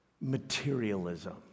materialism